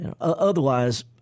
otherwise